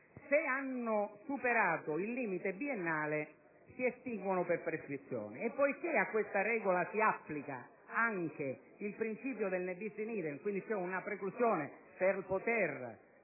se hanno superato il limite biennale si estinguono per prescrizione. E poiché a questa regola si applica anche il principio del *ne bis in idem*, quindi c'è una preclusione, per